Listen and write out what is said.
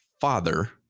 father